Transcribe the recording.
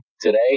today